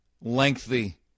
lengthy